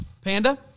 Panda